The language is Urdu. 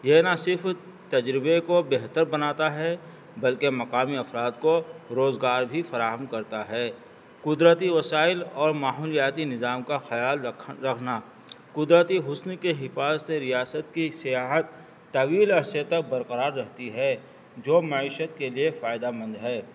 یہ نہ صرف تجربے کو بہتر بناتا ہے بلکہ مقامی افراد کو روزگار بھی فراہم کرتا ہے قدرتی وسائل اور ماحولیاتی نظام کا خیال رکھ رکھنا قدرتی حسن کے حفاظ سے ریاست کی سیاحت طویل ا سطح برقرار رہتی ہے جو معیشت کے لیے فائدہ مند ہے